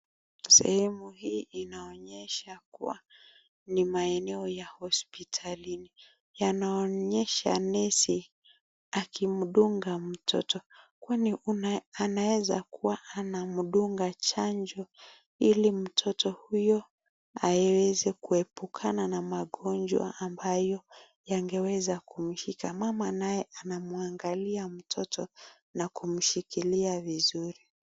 Sehemu hii inaonyesha kuwa ni maeneo ya hospitalini. Yanaonyesha nesi akimdunga mtoto. Kwani anaweza kuwa anamdunga chanjo ili mtoto huyo aweze kuepukana na magonjwa ambayo yangeweza kumshika. Mama naye anamuangalia mtoto na kumshikilia vizuri.